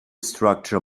structure